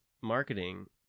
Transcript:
marketing